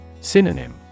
Synonym